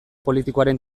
politikoaren